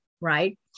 Right